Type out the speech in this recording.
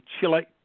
Chile